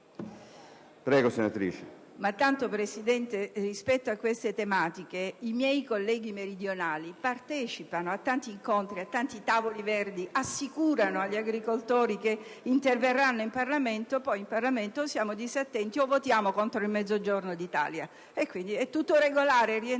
*(Misto-IS)*. Signor Presidente, rispetto a queste tematiche i miei colleghi meridionali partecipano a tanti incontri e a tanti tavoli verdi, assicurando agli agricoltori che interverranno in Parlamento; ma poi in Parlamento, invece, siamo disattenti o votiamo contro il Mezzogiorno d'Italia. È tutto regolare, rientra